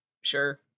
Sure